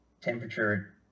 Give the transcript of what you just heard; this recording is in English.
temperature